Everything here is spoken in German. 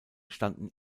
standen